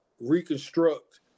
reconstruct